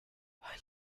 how